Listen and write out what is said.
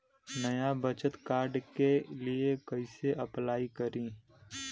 नया बचत कार्ड के लिए कइसे अपलाई करी?